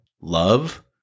love